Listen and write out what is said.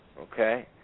okay